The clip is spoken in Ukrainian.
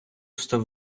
став